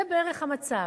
זה בערך המצב.